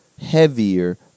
heavier